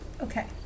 Okay